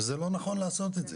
ולא נכון לעשות את זה.